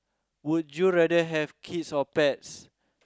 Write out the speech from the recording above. would you rather have kids or pets